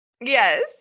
Yes